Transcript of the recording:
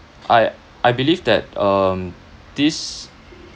I I believe that um this